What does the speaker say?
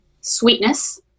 sweetness